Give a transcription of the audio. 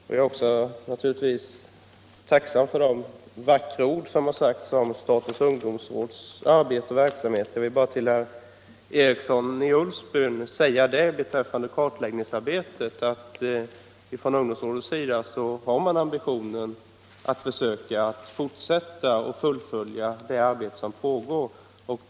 Jag är naturligtvis också tacksam för de vackra ord som har sagts om statens ungdomsråds verksamhet. Jag vill till herr Eriksson i Ulfsbyn beträffande kartläggningsarbetet bara säga att man inom ungdomsrådet har ambitionen att fortsätta och fullfölja det arbete som pågår.